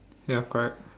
ya correct